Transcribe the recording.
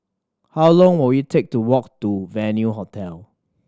how long will it take to walk to Venue Hotel